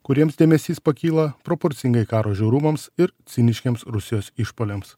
kuriems dėmesys pakyla proporcingai karo žiaurumams ir ciniškiems rusijos išpuoliams